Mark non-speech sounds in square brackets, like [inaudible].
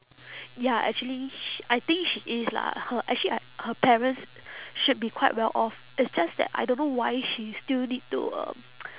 ya actually sh~ I think she is lah her actually I her parents should be quite well off it's just that I don't know why she still need to um [noise]